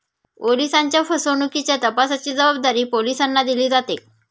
ओलिसांच्या फसवणुकीच्या तपासाची जबाबदारी पोलिसांना दिली जाते